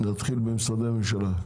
משרדי הממשלה.